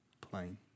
plain